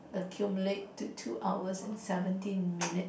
accumulate to two hours and seventeen minute